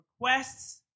requests